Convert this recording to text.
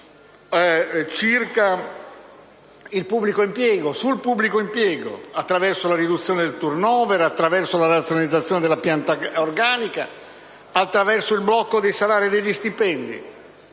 sono intervenuti, sul pubblico impiego attraverso la riduzione del *turnover*, la razionalizzazione della pianta organica e il blocco dei salari e degli stipendi.